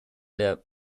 der